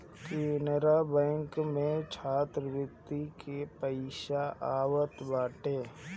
Canara bank में छात्रवृत्ति के पईसा आवत बाटे